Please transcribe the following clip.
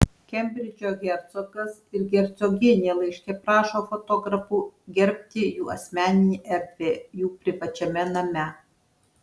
kembridžo hercogas ir hercogienė laiške prašo fotografų gerbti jų asmeninę erdvę jų privačiame name